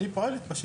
אבל היא פועלת בשטח.